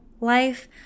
life